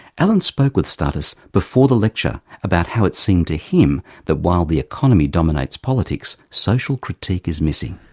alan spoke with stathis before the lecture about how it seemed to him that while the economy dominates politics social critique is missing.